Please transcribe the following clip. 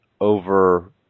over